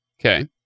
Okay